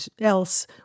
else